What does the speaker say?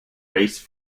race